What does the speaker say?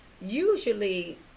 Usually